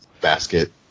basket